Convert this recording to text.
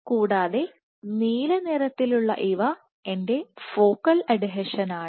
കൂടാതെ നീല നിറത്തിലുള്ള ഇവ എൻറെ ഫോക്കൽ അഡ്ഹീഷൻ ആണ്